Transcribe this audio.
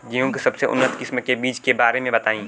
गेहूँ के सबसे उन्नत किस्म के बिज के बारे में बताई?